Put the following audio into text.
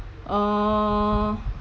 uh